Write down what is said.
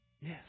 Yes